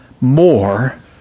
more